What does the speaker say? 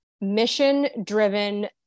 mission-driven